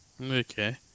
okay